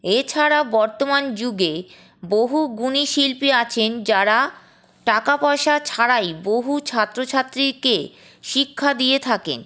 এছাড়া বর্তমান যুগে বহু গুণী শিল্পী আছেন যারা টাকা পয়সা ছাড়াই বহু ছাত্রছাত্রীকে শিক্ষা দিয়ে থাকেন